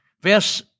Verse